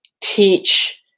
teach